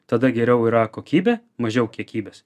tada geriau yra kokybė mažiau kiekybės